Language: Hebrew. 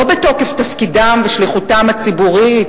לא בתוקף תפקידם ושליחותם הציבורית